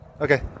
Okay